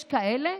יש כאלה,